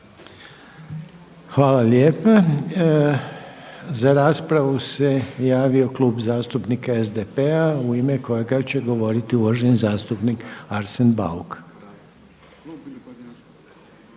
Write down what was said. Hvala lijepa. Za raspravu se javio Klub zastupnika SDP-a u ime kojega će govoriti uvaženi zastupnik Arsen Bauk.